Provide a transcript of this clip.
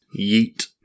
Yeet